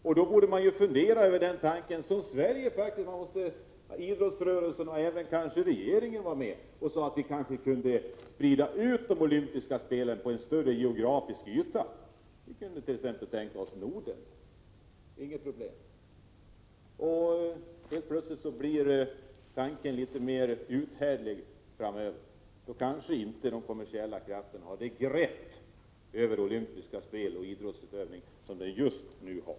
Därför borde man inom idrottsrörelsen och kanske regeringen fundera över tanken om man inte borde sprida ut spelen på en större geografisk yta. Vi kunde t.ex. tänka oss Norden — det skulle inte vara några problem. Då skulle tanken på olympiska spel bli litet mera uthärdlig framöver. Då kanske inte heller de kommersiella krafterna kommer att få ett sådant grepp över de olympiska spelen och idrottsutövningen som de just nu har.